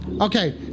Okay